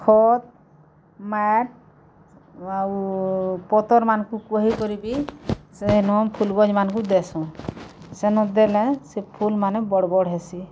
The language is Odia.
ଖତ୍ ମାଏଟ୍ ଆଉ ପତର୍ମାନକୁ କୁହେଇକରି ବି ସେ ନୂଆ ଫୁଲ ଗଜ୍ମାନକୁ ଦେସୁଁ ସେନ ଦେଲେ ସେ ଫୁଲ୍ ମାନେ ବଡ଼୍ ବଡ଼୍ ହେସି